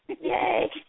Yay